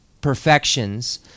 perfections